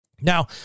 Now